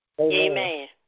Amen